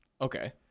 Okay